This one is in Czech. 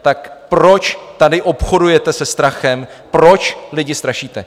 Tak proč tady obchodujete se strachem, proč lidi strašíte?